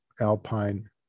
alpine